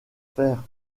faire